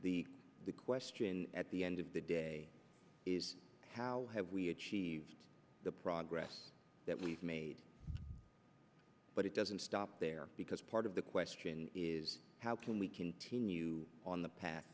the question at the end of the day is how have we achieved the progress that we've made but it doesn't stop there because part of the question is how can we continue on the path